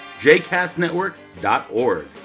jcastnetwork.org